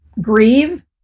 grieve